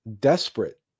desperate